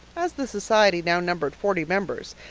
as the society now numbered forty members,